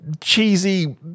cheesy